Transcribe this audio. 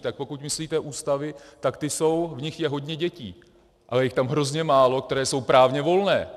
Tak pokud myslíte ústavy, v nich je hodně dětí, ale je jich tam hrozně málo, které jsou právně volné.